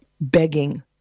begging